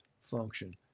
function